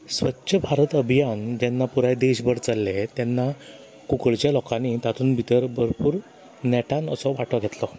स्वच्छ भारत अभियान जेन्ना पुराय देश भर चल्ले तेन्ना कुंकळच्या लोकांनी तातून भितर भरपूर नेटान असो वाटो घेतलो